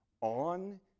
on